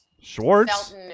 Schwartz